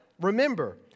remember